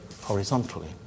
horizontally